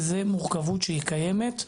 וזה מורכבות שהיא קיימת,